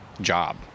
job